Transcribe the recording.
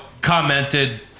commented